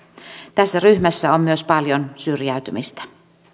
tässä ryhmässä on myös paljon syrjäytymistä